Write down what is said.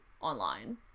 online